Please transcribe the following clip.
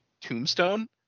tombstone